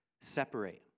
separate